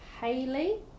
Hayley